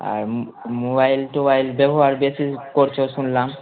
আর mobile টোবাইল ব্যবহার বেশি করছো শুনলাম